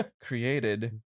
created